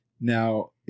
Now